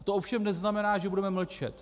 To ovšem neznamená, že budeme mlčet.